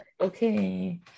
okay